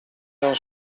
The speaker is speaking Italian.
non